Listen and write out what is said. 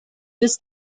this